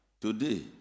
today